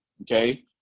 Okay